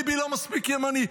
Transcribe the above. ביבי לא מספיק ימני.